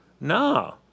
No